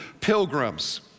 pilgrims